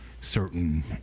certain